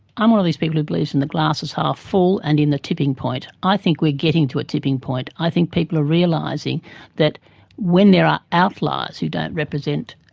i am one of these people who believes in the glass is half full and in the tipping point, i think we are getting to a tipping point, i think people are realising that when there are outliers who don't represent